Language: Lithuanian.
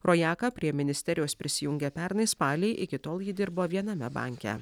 rojaka prie ministerijos prisijungė pernai spalį iki tol ji dirbo viename banke